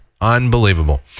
Unbelievable